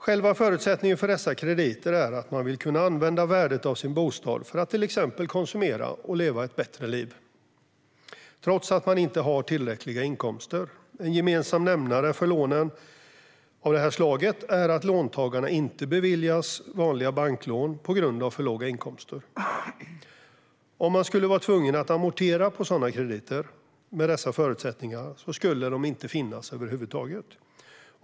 Själva poängen med dessa krediter är att man ska kunna använda värdet av sin bostad för att till exempel konsumera och leva ett bättre liv trots att man inte har tillräckliga inkomster. En gemensam nämnare för lån av detta slag är att låntagarna inte beviljas vanliga banklån på grund av för låga inkomster. Om man skulle vara tvungen att amortera på sådana krediter med dessa förutsättningar skulle de inte finnas över huvud taget.